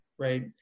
Right